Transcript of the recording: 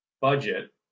budget